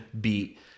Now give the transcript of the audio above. beat